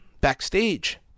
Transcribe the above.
backstage